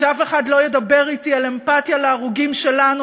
שאף אחד לא ידבר אתי על אמפתיה להרוגים שלנו.